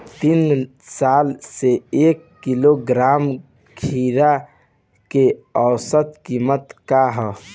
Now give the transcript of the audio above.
तीन साल से एक किलोग्राम खीरा के औसत किमत का ह?